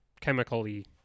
Chemically